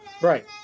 right